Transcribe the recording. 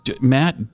Matt